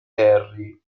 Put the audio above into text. terry